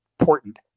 important